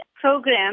program